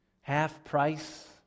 half-price